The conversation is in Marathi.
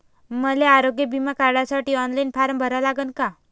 मले आरोग्य बिमा काढासाठी ऑनलाईन फारम भरा लागन का?